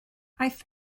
aeth